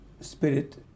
spirit